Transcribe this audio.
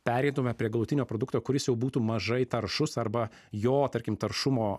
pereitume prie galutinio produkto kuris jau būtų mažai taršus arba jo tarkim taršumo